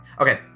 Okay